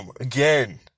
Again